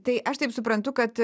tai aš taip suprantu kad